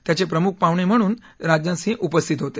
त्याचे प्रमुख पाहुणे म्हणून राजनाथ सिंह उपस्थित होते